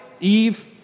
Eve